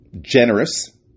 generous